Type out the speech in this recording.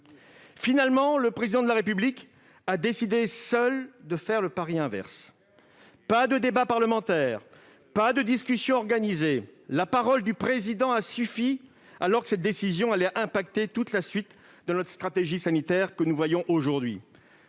Finalement, le Président de la République a décidé, seul, de faire le pari inverse. Pas de débat parlementaire, pas de discussion organisée ! La parole du Président de la République a suffi, alors que cette décision allait affecter toute la suite de notre stratégie sanitaire, comme nous le voyons aujourd'hui.